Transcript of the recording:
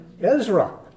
Ezra